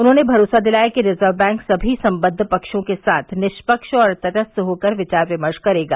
उन्होंने भरोसा दिलाया कि रिजर्व बैंक सभी संबंद्व पक्षों के साथ निष्पक्ष और तटस्थ होकर विचार विमर्श करेगा